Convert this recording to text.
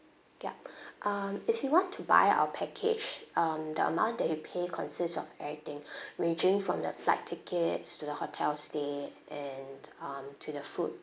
yup um if you want to buy our package um the amount that you pay consists of everything ranging from the flight tickets to the hotel stay and um to the food